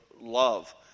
love